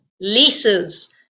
Leases